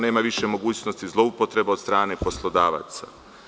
Nema više mogućnosti zloupotreba od strane poslodavaca.